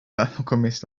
alchemist